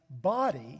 body